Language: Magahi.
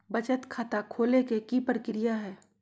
बचत खाता खोले के कि प्रक्रिया है?